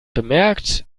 bemerkt